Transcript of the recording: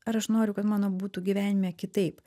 ar aš noriu kad mano būtų gyvenime kitaip